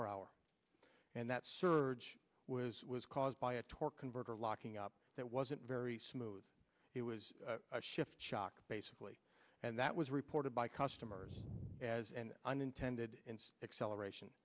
per hour and that surge was was caused by a torque converter locking up that wasn't very smooth it was a shift shock basically and that was reported by customers as an unintended acceleration